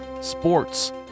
sports